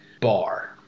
bar